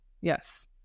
Yes